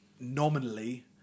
nominally